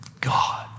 God